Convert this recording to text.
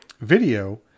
video